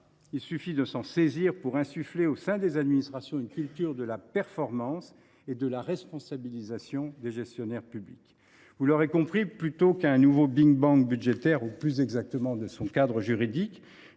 Il suffit de s’en saisir pour insuffler au sein des administrations une culture de la performance et de la responsabilisation des gestionnaires publics. Vous l’aurez compris, plutôt qu’à un nouveau big bang budgétaire, ou plus exactement de son cadre juridique,